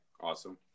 Awesome